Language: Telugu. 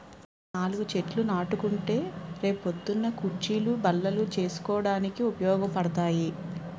నాలుగు చెట్లు నాటుకుంటే రే పొద్దున్న కుచ్చీలు, బల్లలు చేసుకోడానికి ఉపయోగపడతాయి